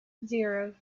zero